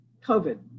COVID